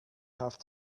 have